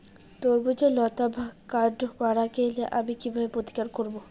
তরমুজের লতা বা কান্ড মারা গেলে আমি কীভাবে প্রতিকার করব?